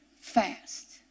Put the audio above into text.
fast